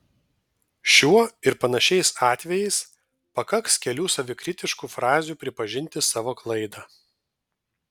šiuo ir panašiais atvejais pakaks kelių savikritiškų frazių pripažinti savo klaidą